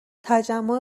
تجمع